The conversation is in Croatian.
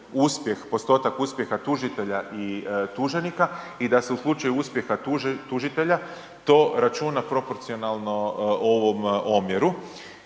postotak uspjeha tužitelja i tuženika i da se u slučaju uspjeha tužitelja to računa proporcionalno ovom omjeru.